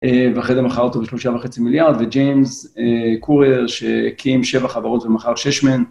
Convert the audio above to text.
ואחרי זה מכר אותו ב-3.5 מיליארד, וג'יימס קורייר שהקים שבע חברות ומחר שש מהן.